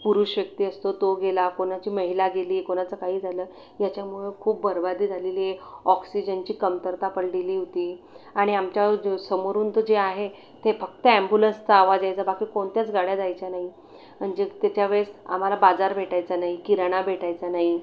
पुरुष व्यक्ती असतो तो गेला कुणाची महिला गेली कुणाचं काही झालं याच्यामुळं खूप बरबादी झालेली ऑक्सिजनची कमतरता पडलेली होती आणि आमच्या ज्यो समोरून तर जी आहे ते फक्त ॲम्ब्युलन्सचा आवाज यायचा बाकी कोणत्याच गाड्या जायच्या नाही आणि जे त्याच्या वेळेस आम्हाला बाजार भेटायचा नाही किराणा भेटायचा नाही